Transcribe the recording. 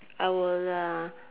I will uh